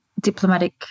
diplomatic